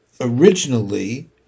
Originally